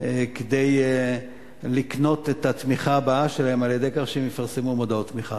כדי לקנות את התמיכה הבאה שלהם על-ידי פרסום מודעות תמיכה.